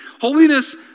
Holiness